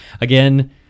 Again